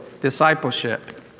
Discipleship